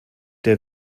der